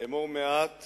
אמור מעט